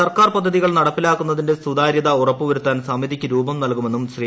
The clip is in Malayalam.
സർക്കാർ പദ്ധതികൾ നടപ്പിലാക്കുണ്ണിതിന്റെ സുതാര്യത ഉറപ്പു വരുത്താൻ സമിതിക്ക് രൂപം നൽകുമെന്നും ശ്രീ